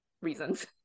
reasons